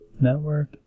network